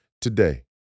today